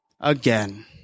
again